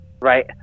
right